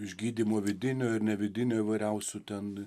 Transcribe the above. išgydymo vidinio ir ne vidinio įvairiausių ten